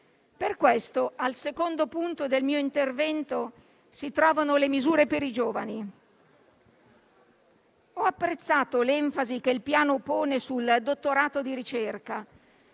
Per questo al secondo punto del mio intervento si trovano le misure per i giovani. Ho apprezzato l'enfasi che il Piano pone sul dottorato di ricerca,